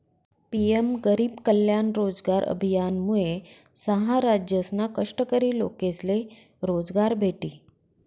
PM गरीब कल्याण रोजगार अभियानमुये सहा राज्यसना कष्टकरी लोकेसले रोजगार भेटी